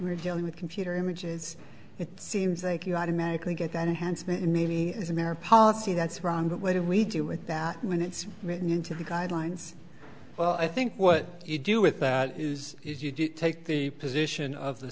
we're dealing with computer images it seems like you automatically get enhancement maybe as american policy that's wrong but where do we do with that when it's written into the guidelines well i think what you do with that is is you take the position of the